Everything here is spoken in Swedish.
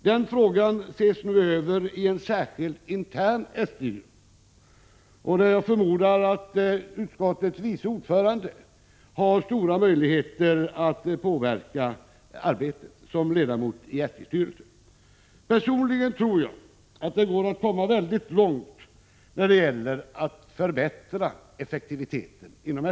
Den frågan ses nu över i en särskild intern SJ-grupp, och jag förmodar att utskottets vice ordförande har stora möjligheter att påverka arbetet som ledamot SJ:s styrelse. Personligen tror jag att det går att komma väldigt långt när det gäller att förbättra effektiviteten inom SJ.